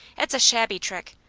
it's a shabby trick.